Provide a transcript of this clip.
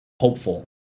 hopeful